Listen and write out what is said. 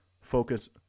focus